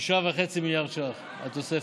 6.5 מיליארד ש"ח, התוספת.